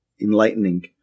enlightening